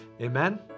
Amen